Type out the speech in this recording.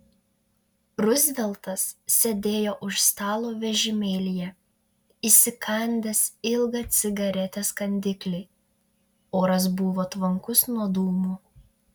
ruzveltas sėdėjo už stalo vežimėlyje įsikandęs ilgą cigaretės kandiklį oras buvo tvankus nuo dūmų